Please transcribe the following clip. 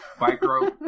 micro